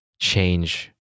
change